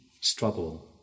struggle